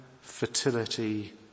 fertility